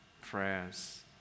prayers